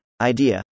Idea